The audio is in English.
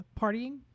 partying